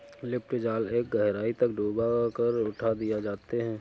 lift जाल एक गहराई तक डूबा कर उठा दिए जाते हैं